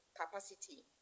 capacity